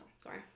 Sorry